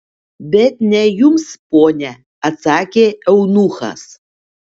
bet ne jums ponia atsakė eunuchas